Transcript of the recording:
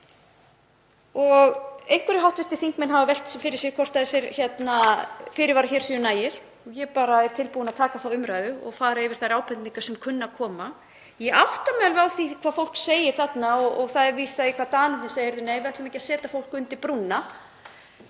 Einhverjir hv. þingmenn hafa velt fyrir sér hvort þessir fyrirvarar hér séu nægir. Ég er bara tilbúin að taka þá umræðu og fara yfir þær ábendingar sem kunna að koma. Ég átta mig alveg á því hvað fólk segir þarna og það er vísað í hvað Danirnir segja: Nei, við ætlum ekki að setja fólk undir brúna.